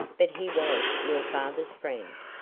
but he was your father's friend.